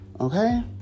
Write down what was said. Okay